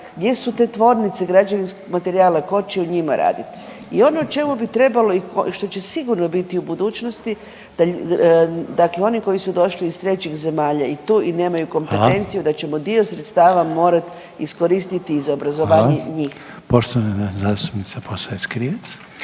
gdje su te tvornice građevinskog materijala ko će u njima radit. I ono o čemu bi trebalo i što će sigurno biti u budućnosti dakle oni koji su došli iz trećih zemalja i tu i nemaju …/Upadica Reiner: Hvala./… kompetenciju da ćemo dio sredstava morat iskoristi i za obrazovanje njih. **Reiner, Željko